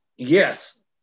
Yes